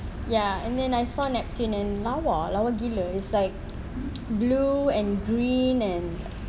ya and then I saw neptune and lawa lawa gila it's like blue and green and